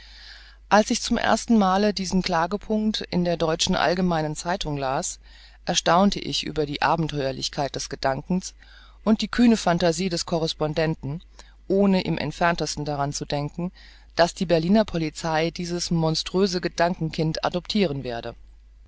als ich zum ersten male diesen klagepunkt in der deutschen allgem zeitung las erstaunte ich über die abentheuerlichkeit des gedankens und die kühne phantasie des correspondenten ohne im entferntesten daran zu denken daß die berliner polizei dieses monstrose gedankenkind adoptiren werde